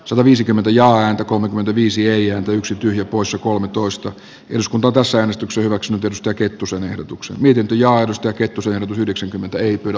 sataviisikymmentä ja häntä kolmekymmentäviisi ja yksi tyhjä poissa kolmetoista yms kun bokassa äänestyksen hyväksytystä kettusen ehdotukseen niiden pentti kettusen yhdeksänkymmentä ei pidä